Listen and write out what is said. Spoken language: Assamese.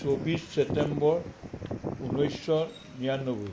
চৌবিছ চেপ্তেম্বৰ ঊনৈছশ নিৰান্নবৈ